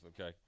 okay